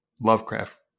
Lovecraft